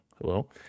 hello